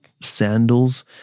sandals